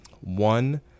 One